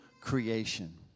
creation